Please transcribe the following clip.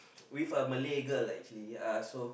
with a Malay girl uh actually so